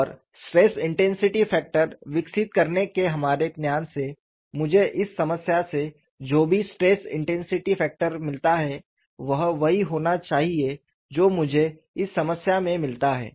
और stress intensity factor विकसित करने के हमारे ज्ञान से मुझे इस समस्या से जो भी स्ट्रेस इंटेंसिटी फैक्टर मिलता है वह वही होना चाहिए जो मुझे इस समस्या में मिलता है